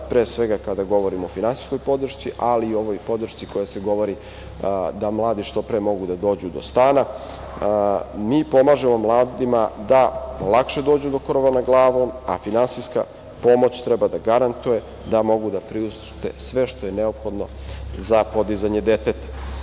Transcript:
pre svega kada govorimo o finansijskoj podršci, ali i o onoj podršci kojom se govori da mladi što pre mogu da dođu do stana, mi pomažemo mladima da lakše dođu do krova nad glavom, a finansijska pomoć treba da garantuje da mogu da priušte sve što je neophodno za podizanje deteta.